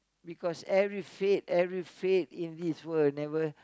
because every faith every faith in this world never